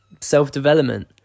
self-development